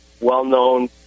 well-known